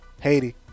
Haiti